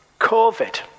COVID